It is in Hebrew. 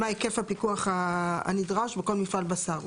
מה היקף הפיקוח הנדרש בכל מפעל בשר.